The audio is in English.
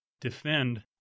defend